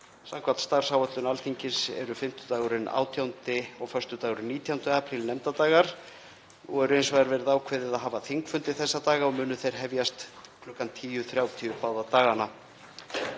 Samkvæmt starfsáætlun Alþingis eru fimmtudagurinn 18. og föstudagurinn 19. apríl nefndadagar. Nú hefur hins vegar verið ákveðið að hafa þingfundi þessa daga og munu þeir hefjast kl. 10.30 báða dagana.